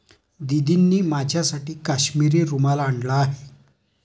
दीदींनी माझ्यासाठी काश्मिरी रुमाल आणला आहे